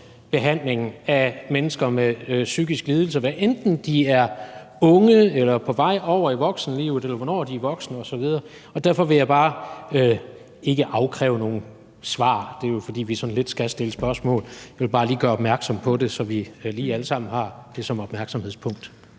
behandling af mennesker med psykiske lidelser, hvad enten de er unge eller på vej over i voksenlivet, eller hvornår de er voksne osv. Og derfor vil jeg ikke afkræve nogen noget svar. Det er jo, fordi vi sådan lidt skal stille spørgsmål. Jeg ville bare gøre opmærksom på det, så vi lige alle sammen har det som et opmærksomhedspunkt.